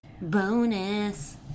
Bonus